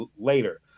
later